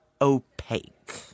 opaque